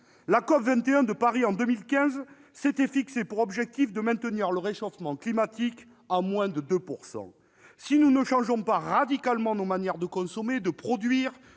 La COP21 de Paris s'était fixé pour objectif, en 2015, de maintenir le réchauffement climatique à moins de 2 degrés. Si nous ne changeons pas radicalement nos manières de consommer, de produire,